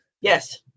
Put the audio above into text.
Yes